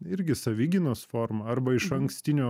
irgi savigynos forma arba išankstinio